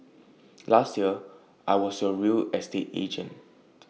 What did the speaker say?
last year I was your real estate agent